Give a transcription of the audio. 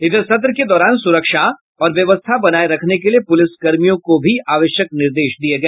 इधर सत्र के दौरान सुरक्षा और व्यवस्था बनाये रखने के लिए पुलिस कर्मियों को आवश्यक निर्देश दिये गए